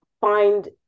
find